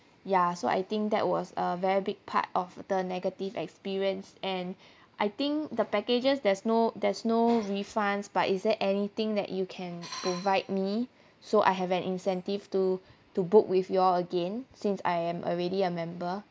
ya so I think that was a very big part of the negative experience and I think the packages there's no there's no refunds but is there anything that you can provide me so I have an incentive to to book with your again since I am already a member